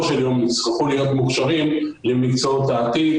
של יום יצטרכו להיות מוכשרים למקצועות העתיד.